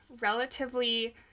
relatively